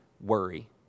worry